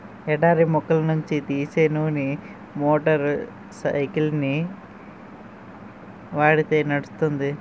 ఎడారి మొక్కల నుంచి తీసే నూనె మోటార్ సైకిల్కి వాడితే నడుస్తుంది